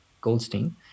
Goldstein